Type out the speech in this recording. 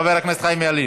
חבר הכנסת חיים ילין,